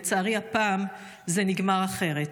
לצערי, הפעם זה נגמר אחרת.